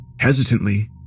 Hesitantly